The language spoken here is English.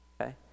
Okay